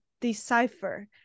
decipher